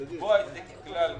לקבוע את זה ככלל